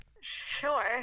Sure